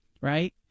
right